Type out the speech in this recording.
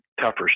tougher